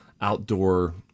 outdoor